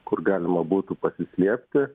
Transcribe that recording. kur galima būtų pasislėpti